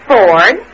Ford